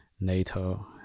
nato